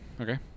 Okay